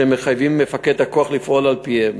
מחייבים את מפקד הכוח לפעול על-פיהם,